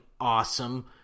awesome